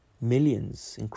Millions